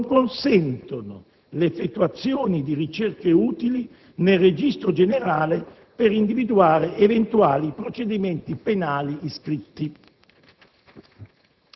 non consentono l'effettuazione di ricerche utili nel registro generale per individuare eventuali procedimenti penali iscritti.